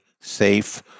safe